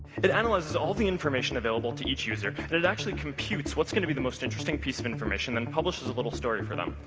it analyzes all the information available to each user, and it actually computes what's going to be the most interesting piece of information, and then publishes a little story for them.